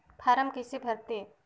Form कइसे भरते?